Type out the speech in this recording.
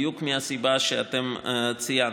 בדיוק מהסיבה שאתם ציינתם.